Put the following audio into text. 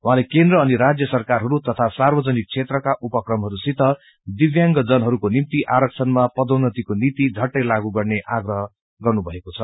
उहाँले केन्द्र अनि राज्य सरकारहरू तथा सार्वजनिक क्षेत्रका उपक्रमहरू सित दिव्यांगहरूको निम्ति आरक्षणमा पदोन्नतिको नीति झट्टै लागू गर्ने आग्रह गर्नुभएको छ